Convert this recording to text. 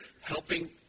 helping